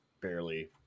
barely